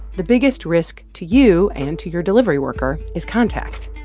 the biggest risk to you and to your delivery worker is contact.